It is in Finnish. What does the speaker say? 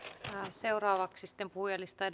seuraavaksi sitten puhujalistaan